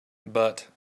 but